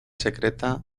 secreta